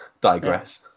digress